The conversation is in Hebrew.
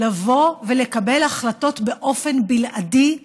לבוא ולקבל החלטות באופן בלעדי,